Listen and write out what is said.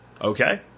Okay